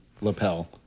lapel